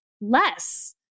less